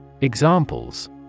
Examples